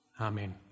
Amen